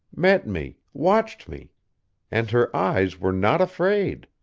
met me, watched me and her eyes were not afraid.